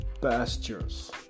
pastures